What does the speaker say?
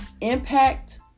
impact